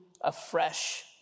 afresh